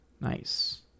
Nice